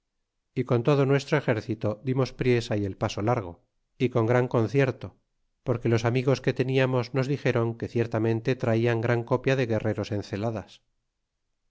y con todo nuestro exército dimos priesa y el paso largo y con gran concierto porque los amigos que tefiamos nos dixeron que ciertamente traian gran copia de guerreros en celadas